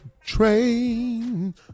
train